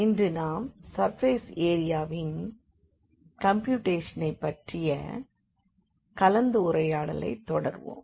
இன்று நாம் சர்ஃபேஸ் ஏரியாவின் கம்பியூட்டேஷனை பற்றிய கலந்துரையாடலை தொடர்வோம்